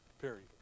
Period